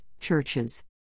churches